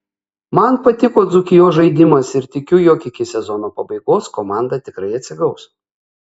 man patiko dzūkijos žaidimas ir tikiu jog iki sezono pabaigos komanda tikrai atsigaus